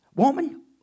Woman